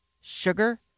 Sugar